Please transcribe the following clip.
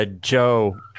Joe